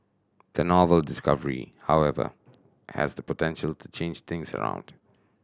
the novel discovery however has the potential to change things around